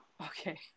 Okay